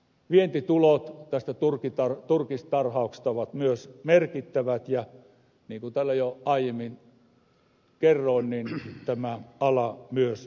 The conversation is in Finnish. vientitulot tästä turkistarhauksesta ovat myös merkittävät ja niin kuin täällä jo aiemmin kerroin niin tämä ala myös työllistää paljon